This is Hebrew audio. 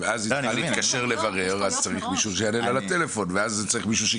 ואז היא יכולה להתקשר לברר ואז צריך מישהו שיענה לה